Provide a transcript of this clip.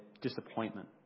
disappointment